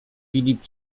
filip